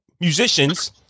musicians